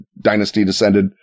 dynasty-descended